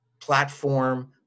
platform